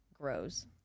grows